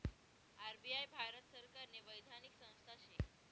RBI Bharat सरकारनी वैधानिक संस्था शे